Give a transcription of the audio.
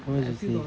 how much is it